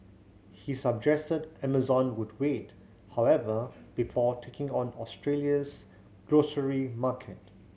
he suggested Amazon would wait however before taking on Australia's grocery market